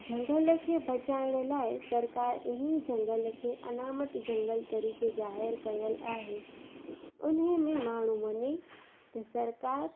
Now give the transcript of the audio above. झंगल खे बचाइण लाइ सरकार इन्ही झंगल खे अलामत जंगल तरीक़े ज़ाहिर कयल आहे उन्हे में माण्हू वञे त सरकार